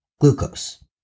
glucose